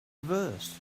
reversed